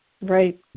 Right